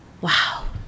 Wow